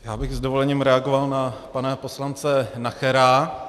Já bych s dovolením reagoval na pana poslance Nachera.